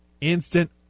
instant